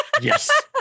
Yes